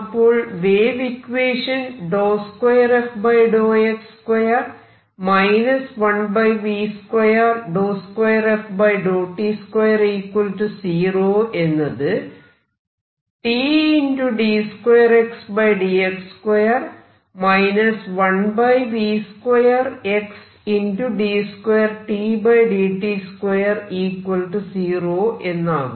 അപ്പോൾ wave equation എന്നത് എന്നാകുന്നു